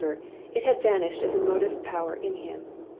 it had vanished as a motive power in him,